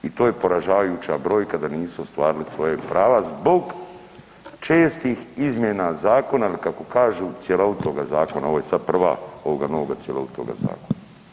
I to je poražavajuća brojka da nisu ostvarili svoja prava zbog čestih izmjena zakona ili kako kažu, cjelovitoga zakona, ovo sad prva ovoga novoga cjelovitoga zakona.